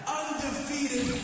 undefeated